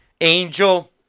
Angel